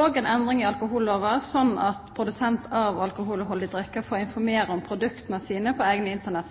og en endring i alkoholloven slik at produsenter av alkoholholdige drikker får informere om produktene sine på egne